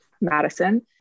Madison